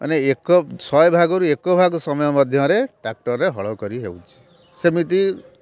ମାନେ ଏକ ଶହେ ଭାଗରୁ ଏକ ଭାଗ ସମୟ ମଧ୍ୟ୍ୟରେ ଟ୍ରାକଟରରେ ହଳ କରିହେଉଛି ସେମିତି